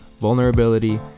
vulnerability